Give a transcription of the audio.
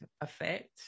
effect